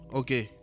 okay